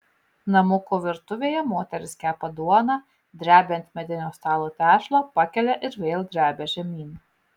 namuko virtuvėje moteris kepa duoną drebia ant medinio stalo tešlą pakelia ir vėl drebia žemyn